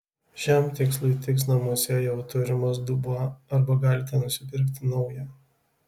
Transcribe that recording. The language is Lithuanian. šiam tikslui tiks namuose jau turimas dubuo arba galite nusipirkti naują